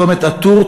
צומת א-טור,